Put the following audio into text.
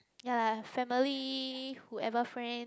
ya lah family whoever friend